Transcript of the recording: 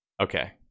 Okay